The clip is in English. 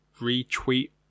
retweet